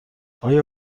آیا